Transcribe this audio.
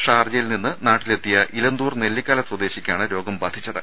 ഷാർജ്ജയിൽ നിന്നും നാട്ടിൽ എത്തിയ ഇലന്തൂർ നെല്ലിക്കാല സ്വദേശിക്കാണ് രോഗം ബാധിച്ചത്